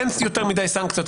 אין יותר מדי סנקציות,